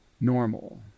normal